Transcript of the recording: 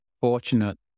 fortunate